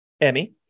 emmy